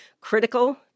critical